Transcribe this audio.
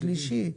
שלישי,